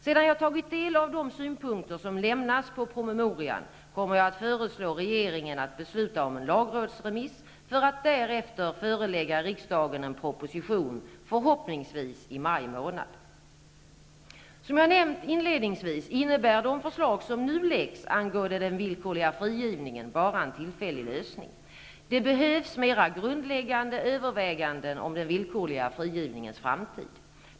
Sedan jag tagit del av de synpunkter som lämnas på promemorian kommer jag att föreslå regeringen att besluta om en lagrådsremiss för att därefter förelägga riksdagen en proposition, förhoppningsvis i maj månad. Som jag nämnt inledningsvis innebär de förslag som nu läggs angående den villkorliga frigivningen bara en tillfällig lösning. Det behövs mera grundläggande överväganden om den villkorliga frigivningens framtid.